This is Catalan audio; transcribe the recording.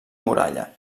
muralla